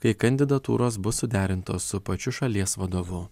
kai kandidatūros bus suderintos su pačiu šalies vadovu